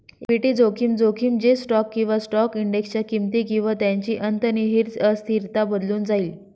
equity जोखीम, जोखीम जे स्टॉक किंवा स्टॉक इंडेक्सच्या किमती किंवा त्यांची अंतर्निहित अस्थिरता बदलून जाईल